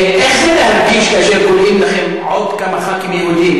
איך זה להרגיש כאשר קוראים לכם "עוד כמה חברי כנסת יהודים",